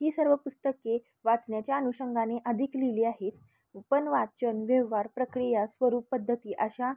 ही सर्व पुस्तके वाचनाच्या अनुषंगाने अधिक लिहिली आहेत पण वाचन व्यवहार प्रक्रिया स्वरूप पद्धती अशा